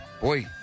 boy